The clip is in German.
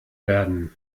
werden